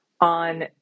on